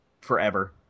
forever